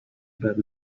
about